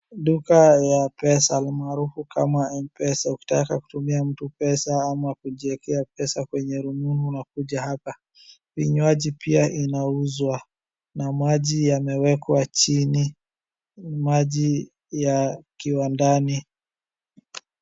Duka ya pesa al maarufu kama Mpesa, ukitaka kutumia mtu pesa ama kujiekea pesa kwenye rununu unakuja hapa. Vinywaji pia inauzwa na maji yamewekwa chini maji yakiwa ndani.